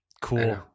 Cool